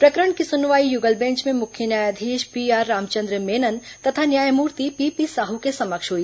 प्रकरण की सुनवाई युगल बेंच में मुख्य न्यायाधीश पीआर रामचंद्र मेनन तथा न्यायमूर्ति पीपी साहू के समक्ष हुई